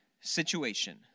situation